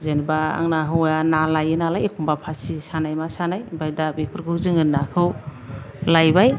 जेनबा आंना हौवाआ ना लायो नालाय एखनबा फासि सानाय मा सानाय ओमफाय दा बेफोरखौ जोङो नाखौ लायबाय